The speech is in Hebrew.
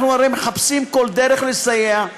אנחנו הרי מחפשים כל דרך לסייע,